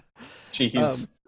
jeez